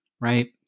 right